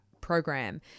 program